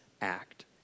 act